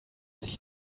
sich